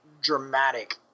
dramatic